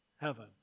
heaven